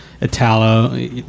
Italo